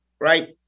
right